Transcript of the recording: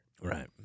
Right